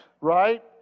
right